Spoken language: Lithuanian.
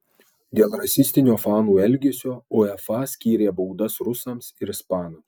dėl rasistinio fanų elgesio uefa skyrė baudas rusams ir ispanams